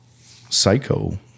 psycho